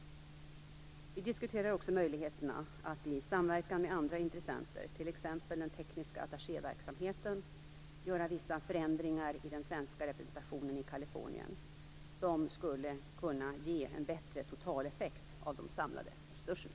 Vi diskuterar också möjligheterna att i samverkan med andra intressenter, t.ex. den tekniska attachéverksamheten, göra vissa förändringar i den svenska representationen i Kalifornien som skulle kunna ge en bättre totaleffekt av de samlade resurserna.